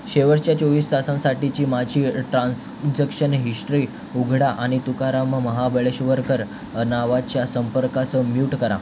शेवटच्या चोवीस तासांसाठीची माझी ट्रान्सजक्शन हिश्ट्री उघडा आणि तुकाराम महाबळेश्वरकर नावाच्या संपर्कास म्यूट करा